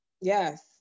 Yes